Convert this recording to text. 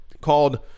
called